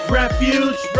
refuge